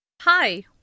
Hi